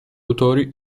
autori